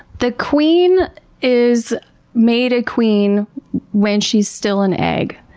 the queen is made a queen when she's still an egg.